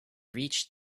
reach